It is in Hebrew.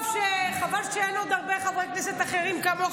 וחבל שאין עוד הרבה חברי כנסת אחרים כמוך